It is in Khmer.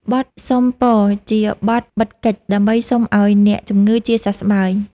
បទសុំពរ ជាបទបិទកិច្ច ដើម្បីសុំឱ្យអ្នកជំងឺជាសះស្បើយ។